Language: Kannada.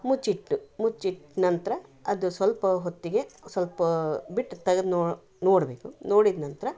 ಮುಚ್ಚಿಟ್ಟು ಮುಚ್ಚಿಟ್ಟ ನಂತರ ಅದು ಸ್ವಲ್ಪ ಹೊತ್ತಿಗೆ ಸ್ವಲ್ಪ ಬಿಟ್ಟು ತೆಗೆದು ನೋಡಬೇಕು ನೋಡಿದ ನಂತರ